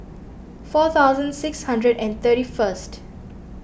four thousand six hundred and thirty first